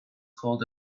called